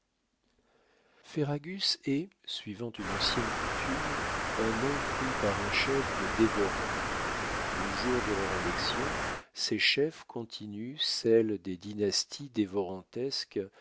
ferragus est suivant une ancienne coutume un nom pris par un chef de dévorants le jour de leur élection ces chefs continuent celle des dynasties